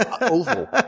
oval